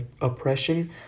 oppression